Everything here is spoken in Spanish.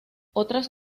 otras